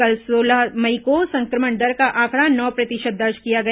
कल सोलह मई को संक्रमण दर का आंकड़ा नौ प्रतिशत दर्ज किया गया